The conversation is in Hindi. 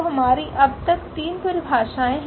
तो हमारी अब तक तीन परिभाषाएँ हैं